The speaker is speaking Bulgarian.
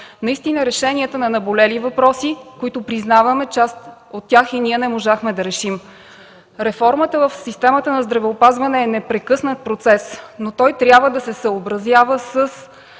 Ваши – решенията на наболели въпроси. Признаваме, част от тях и ние не можахме да решим. Реформата в системата на здравеопазване е непрекъснат процес, но той трябва да се съобразява с